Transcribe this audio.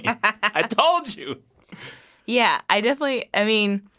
yeah i told you yeah, i definitely i mean,